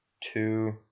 two